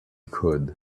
could